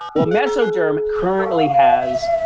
well, mesoderm currently has.